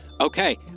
okay